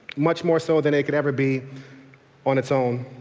much more so than it could ever be on its own.